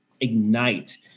ignite